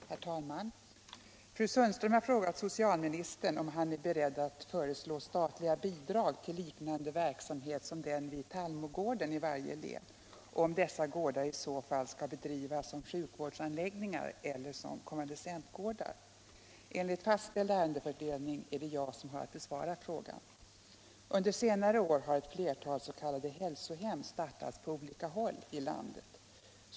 Herr talman! Fru Sundström har frågat socialministern om han är beredd att föreslå statliga bidrag till liknande verksamhet som den vid Tallmogården i varje län och om dessa gårdar i så fall skall bedrivas som sjukvårdsanläggningar eller som konvalescentgårdar. Enligt fastställd ärendefördelning är det jag som har att besvara frågan. Under senare år har ett flertal s.k. hälsohem startats på olika håll i landet.